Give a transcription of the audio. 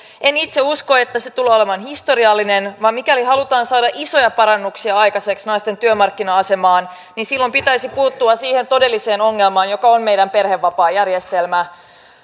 en itse usko että se tulee olemaan historiallinen vaan mikäli halutaan saada isoja parannuksia aikaiseksi naisten työmarkkina asemaan niin silloin pitäisi puuttua siihen todelliseen ongelmaan joka on meidän perhevapaajärjestelmä